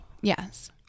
yes